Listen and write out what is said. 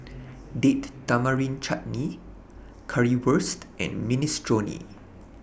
Date Tamarind Chutney Currywurst and Minestrone